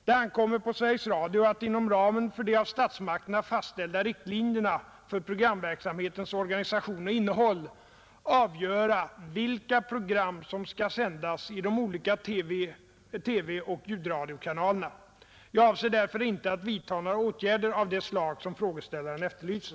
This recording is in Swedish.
Det ankommer på Sveriges Radio att inom ramen för de av statsmakterna fastställda riktlinjerna för programverksamhetens organisation och innehåll avgöra vilka program som skall sändas i de olika TV och ljudradiokanalerna. Jag avser därför inte att vidta några åtgärder av det slag som frågeställaren efterlyser.